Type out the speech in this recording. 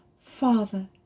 Father